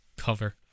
cover